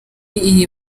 iyo